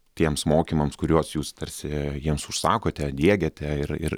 tiems mokymams kuriuos jūs tarsi jiems užsakote diegiate ir ir